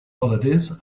holidays